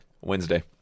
Wednesday